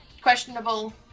questionable